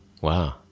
Wow